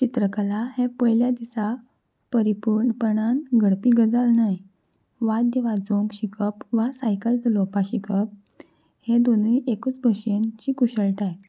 चित्रकला हें पयल्या दिसा परिपूर्णपणान घडपी गजाल न्हय वाद्य वाजोंक शिकप वा सायकल चलोवपाक शिकप हें दोनूय एकूच भशेनची कुशळटाय